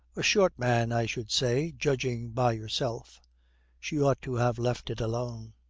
a short man, i should say, judging by yourself she ought to have left it alone.